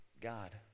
God